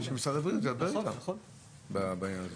שמשרד הבריאות ידבר איתם בעניין הזה.